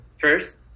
first